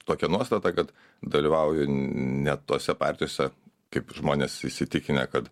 tokia nuostata kad dalyvauju ne tose partijose kaip žmonės įsitikinę kad